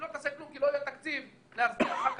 היא לא תעשה כלום כי לא יהיה תקציב לתת את